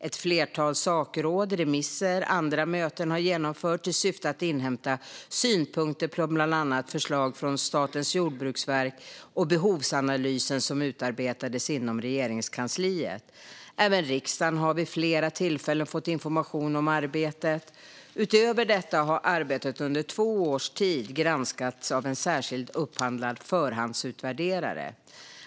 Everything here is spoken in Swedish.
Ett flertal sakråd, remisser och andra möten har genomförts i syfte att inhämta synpunkter på bland annat förslag från Statens jordbruksverk och behovsanalysen som utarbetades inom Regeringskansliet. Även riksdagen har vid flera tillfällen fått information om arbetet. Utöver detta har arbetet under två års tid granskats av en särskild upphandlad förhandsutvärderare.